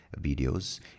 videos